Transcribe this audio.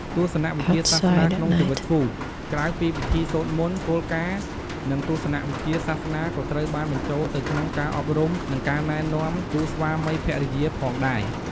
ទស្សនវិជ្ជាសាសនាក្នុងជីវិតគូ ក្រៅពីពិធីសូត្រមន្ត គោលការណ៍ និងទស្សនវិជ្ជាសាសនាក៏ត្រូវបានបញ្ចូលទៅក្នុងការអប់រំ និងការណែនាំគូស្វាមីភរិយាផងដែរ៖